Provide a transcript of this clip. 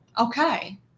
okay